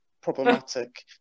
problematic